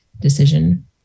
decision